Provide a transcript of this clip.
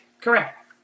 correct